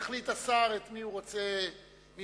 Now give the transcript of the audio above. יחליט השר מי הוא רוצה שיענה.